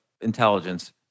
intelligence